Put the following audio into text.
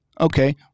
okay